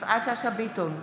יפעת שאשא ביטון,